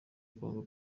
kongo